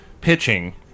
pitching